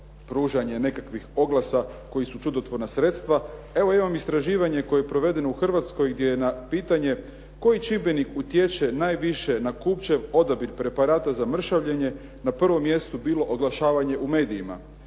pružanje nekakvih oglasa koji su čudotvorna sredstva. Evo ja imam istraživanje koje je provedeno u Hrvatskoj gdje je na pitanje koji čimbenik utječe najviše na kupčev odabir preparata na mršavljenje. Na prvom mjestu je bilo oglašavanje u medijima,